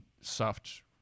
soft